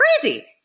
crazy